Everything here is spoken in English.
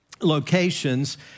locations